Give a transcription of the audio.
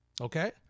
Okay